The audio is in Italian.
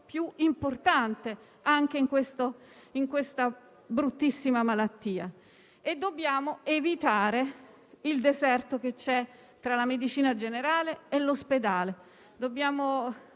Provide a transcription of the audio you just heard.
più importante, anche per questa bruttissima malattia. Dobbiamo evitare il deserto che c'è tra la medicina generale e l'ospedale e